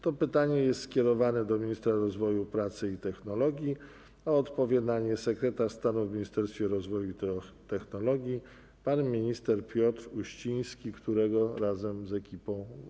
To pytanie jest skierowane do ministra rozwoju i technologii, a odpowie na nie sekretarz stanu w Ministerstwie Rozwoju i Technologii pan minister Piotr Uściński, którego witamy razem z ekipą.